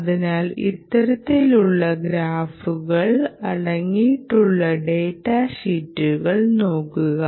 അതിനാൽ ഇത്തരത്തിലുള്ള ഗ്രാഫുകൾ അടങ്ങിയിട്ടുള്ള ഡാറ്റ ഷീറ്റുകൾ നോക്കുക